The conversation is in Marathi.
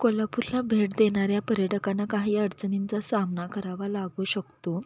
कोल्हापूरला भेट देणाऱ्या पर्यटकांना काही अडचणींचा सामना करावा लागू शकतो